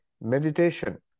meditation